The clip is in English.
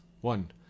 One